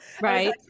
Right